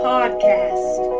Podcast